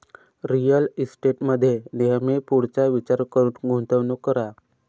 real इस्टेटमध्ये नेहमी पुढचा विचार करून गुंतवणूक करा